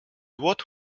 what